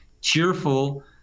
cheerful